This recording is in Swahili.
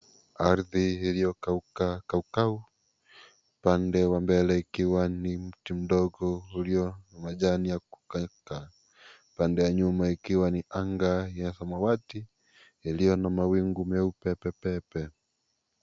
Ardhi iliyokauka kaukau. Upande wa mbele ikiwa ni mti ndogo ulio na majani ya kukauka. Pande ya nyuma ikiwa ni anga ya samawati iliyo na mawingu meupe pepepe.